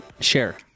share